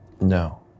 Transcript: No